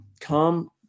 Come